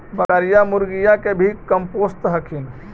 बकरीया, मुर्गीया के भी कमपोसत हखिन?